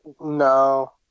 No